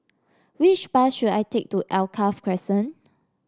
which bus should I take to Alkaff Crescent